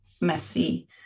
messy